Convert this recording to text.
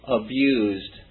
abused